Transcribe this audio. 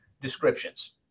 descriptions